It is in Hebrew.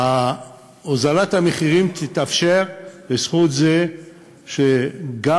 הוזלת המחירים תתאפשר בזכות זה שגם